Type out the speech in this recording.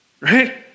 Right